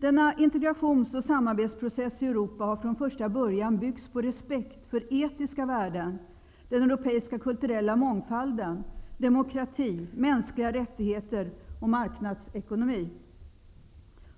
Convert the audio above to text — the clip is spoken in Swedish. Denna integrations och samarbetsprocess i Europa har från första början byggts på respekt för etiska värden, europeisk kulturell mångfald, demokrati, mänskliga rättigheter och marknadsekonomi.